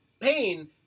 pain